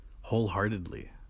wholeheartedly